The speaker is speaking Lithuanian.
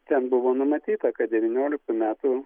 ten buvo numatyta kad devynioliktų metų